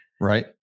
right